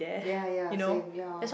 ya ya same ya